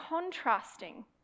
contrasting